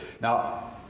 Now